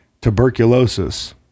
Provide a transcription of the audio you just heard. tuberculosis